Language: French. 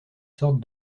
sorte